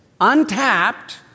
untapped